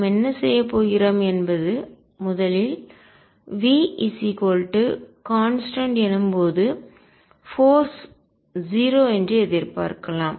நாம் என்ன செய்யப் போகிறோம் என்பது முதலில் V கான்ஸ்டன்ட் எனும்போது போர்ஸ் விசை 0 என்று எதிர்பார்க்கலாம்